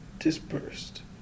dispersed